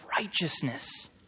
righteousness